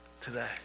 today